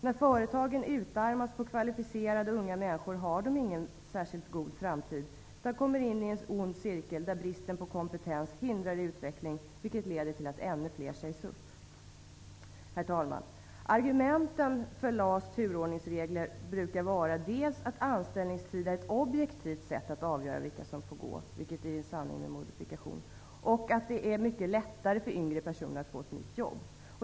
När företagen utarmas på kvalificerade unga människor får företagen ingen särskilt god framtid utan kommer in i en ond cirkel där bristen på kompetens hindrar utveckling, vilket leder till att ännu fler människor sägs upp. Herr talman! Argumenten för LAS turordningsregler brukar vara dels att anställningstid är ett objektivt sätt att avgöra vilka som får gå -- vilket är en sanning med modifikation --, dels att det är mycket lättare för yngre personer att få ett nytt jobb.